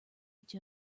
each